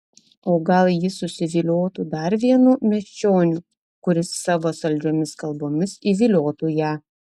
o gal ji susiviliotų dar vienu miesčioniu kuris savo saldžiomis kalbomis įviliotų ją